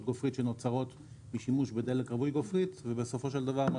הגופרית שנוצרות משימוש בדלק רווי גופרית ובסופו של דבר מה